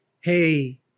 hey